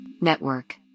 Network